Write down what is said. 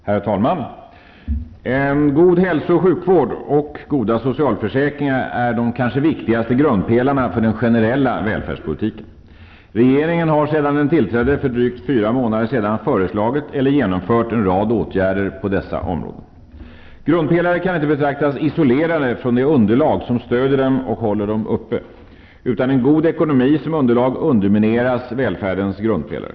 Herr talman! En god hälso och sjukvård samt goda socialförsäkringar är kanske de viktigaste grundpelarna för den generella välfärdspolitiken. Regeringen har sedan den tillträdde för drygt fyra månader sedan föreslagit eller genomfört en rad åtgärder på dessa områden. Grundpelare kan inte betraktas isolerade från det underlag som stöder dem och håller dem uppe. Utan en god ekonomi som underlag undermineras välfärdens grundpelare.